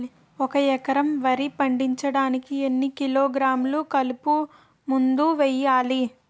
ఒక ఎకర వరి పండించటానికి ఎన్ని కిలోగ్రాములు కలుపు మందు వేయాలి?